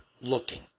looking